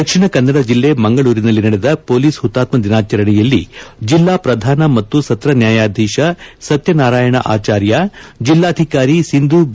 ದಕ್ಷಿಣ ಕನ್ನಡ ಜಿಲ್ಲೆ ಮಂಗಳೂರಿನಲ್ಲಿ ನಡೆದ ಪೊಲೀಸ್ ಹುತಾತ್ನ ದಿನಾಚರಣೆಯಲ್ಲಿ ಜಿಲ್ಲಾ ಪ್ರಧಾನ ಮತ್ತು ಸತ್ತ ನ್ನಾಯಾಧೀಶ ಸತ್ಯ ನಾರಾಯಣ ಆಚಾರ್ಯ ಜಿಲ್ಲಾಧಿಕಾರಿ ಸಿಂಧೂ ಬಿ